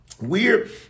Weird